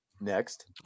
next